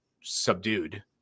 subdued